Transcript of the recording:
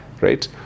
Right